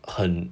很